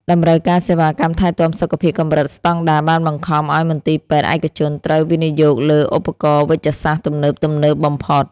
តម្រូវការសេវាកម្មថែទាំសុខភាពកម្រិតស្តង់ដារបានបង្ខំឱ្យមន្ទីរពេទ្យឯកជនត្រូវវិនិយោគលើឧបករណ៍វេជ្ជសាស្ត្រទំនើបៗបំផុត។